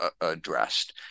addressed